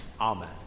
Amen